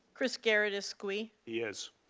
chris garrett is skwee? yes.